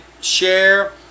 Share